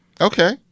Okay